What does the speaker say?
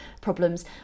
problems